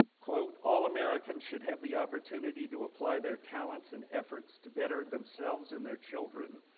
quote all americans should have the opportunity to apply their talents and efforts to better themselves and their children,